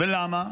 ולמה?